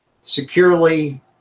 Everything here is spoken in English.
securely